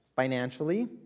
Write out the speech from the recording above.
Financially